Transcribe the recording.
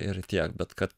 ir tiek bet kad